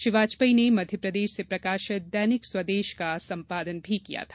श्री वाजपेयी ने मध्यप्रदेश से प्रकाशित दैनिक स्वदेश का सम्पादन भी किया था